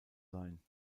sein